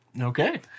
Okay